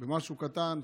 משהו קטן,